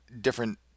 different